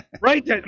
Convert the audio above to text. right